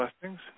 blessings